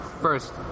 First